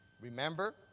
Remember